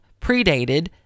predated